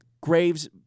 Graves